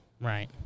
Right